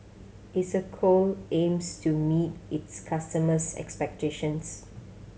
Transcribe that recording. Isocal aims to meet its customers' expectations